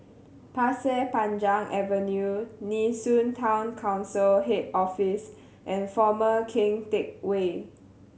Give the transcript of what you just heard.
Pasir Panjang Avenue Nee Soon Town Council Head Office and Former Keng Teck Whay